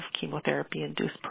chemotherapy-induced